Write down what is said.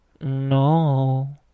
No